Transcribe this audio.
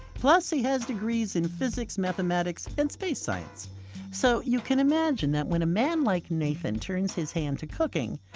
plus, he has degrees in physics, mathematics and space science so you can imagine that when a man like myhrvold and turns his hand to cooking,